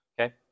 Okay